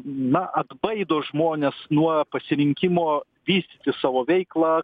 na atbaido žmones nuo pasirinkimo vystyti savo veiklą